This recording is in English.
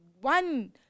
One